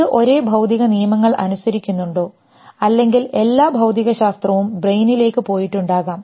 ഇത് ഒരേ ഭൌതിക നിയമങ്ങൾ അനുസരിക്കുന്നുണ്ടോ അല്ലെങ്കിൽ എല്ലാ ഭൌതികശാസ്ത്രവും ബ്രെയിനിലേക്ക് പോയിട്ടുണ്ടാകാം